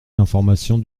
l’information